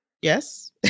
Yes